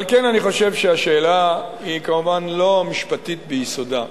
על כן אני חושב שהשאלה היא כמובן לא משפטית ביסודה,